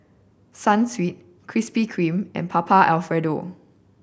Sunsweet Krispy Kreme and Papa Alfredo